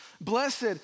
Blessed